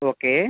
okay